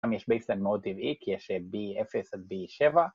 יש baseline מאוד טבעי כי יש b0 עד b7